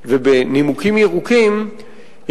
ובנימוקים ירוקים,